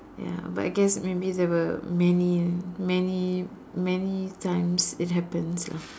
ya but I guess maybe there were many many many times it happens lah